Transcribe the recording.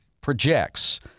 projects